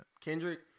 Kendrick